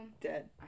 dead